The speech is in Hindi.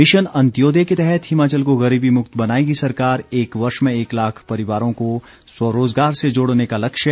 मिशन अंत्योदय के तहत हिमाचल को गरीबी मुक्त बनाएगी सरकार एक वर्ष में एक लाख परिवारों को स्वरोजगार से जोड़ने का लक्ष्य